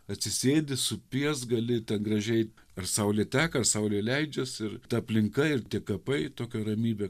atsisėdi supies gali ten gražiai ar saulė teka ar saulė leidžias ir ta aplinka ir kapai tokia ramybė